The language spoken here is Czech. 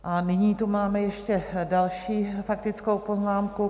A nyní tu máme ještě další faktickou poznámku.